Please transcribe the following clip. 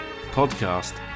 podcast